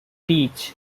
teach